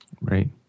Right